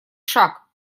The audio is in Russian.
шаг